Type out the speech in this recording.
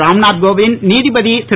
ராம்நாத் கோவிந்த் நீதிபதி திரு